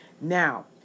Now